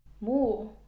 more